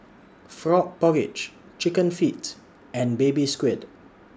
Frog Porridge Chicken Feet and Baby Squid